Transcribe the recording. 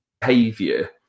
behavior